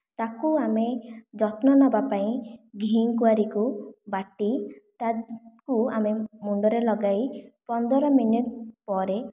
ତାକୁ ଆମେ ଯତ୍ନ ନେବାପାଇଁ ଘିକୁଆଁରି କୁ ବାଟି ତାକୁ ଆମେ ମୁଣ୍ଡରେ ଲଗାଇ ପନ୍ଦର ମିନଟ ପରେ